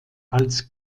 als